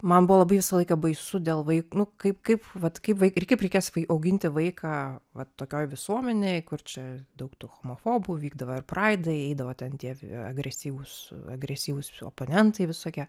man buvo labai visą laiką baisu dėl vai nu kaip kaip vat kaip vai ir kaip reikės vai auginti vaiką vat tokioj visuomenėj kur čia daug tų homofobų vykdavo ir praidai eidavo ten tie agresyvūs agresyvūs oponentai visokie